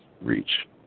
reach